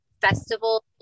festival